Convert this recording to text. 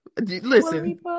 Listen